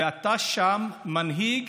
ואתה שם מנהיג